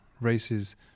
races